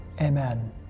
Amen